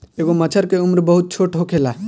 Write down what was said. एगो मछर के उम्र बहुत छोट होखेला